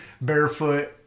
barefoot